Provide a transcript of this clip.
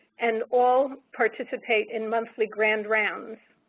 and all participate in monthly grand rounds